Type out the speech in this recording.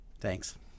Thanks